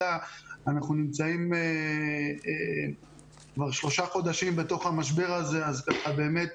נמצאים כבר שלושה חודשים בתוך המשבר הזה ובאמת